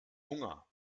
hunger